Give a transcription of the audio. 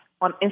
on